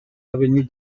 avenue